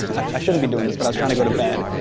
i shouldn't be doing this, but i was trying to go to bed,